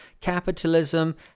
Capitalism